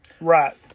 Right